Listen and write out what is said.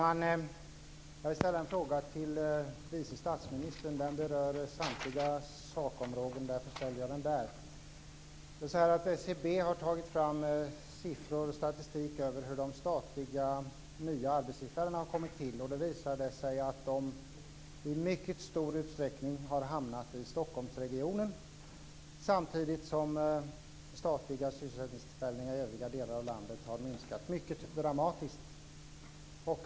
Herr talman! Jag vill ställa en fråga som berör samtliga sakområden, och jag riktar den därför till vice statsministern. SCB har tagit fram statistik över tillkomsten av de nya statliga arbetstillfällena, och det visar sig att de i mycket stor utsträckning har hamnat i Stockholmsregionen. Samtidigt har antalet statliga sysselsättningstillfällen i övriga delar av landet minskat mycket dramatiskt.